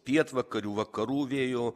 pietvakarių vakarų vėjo